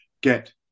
get